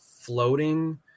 floating